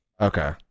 Okay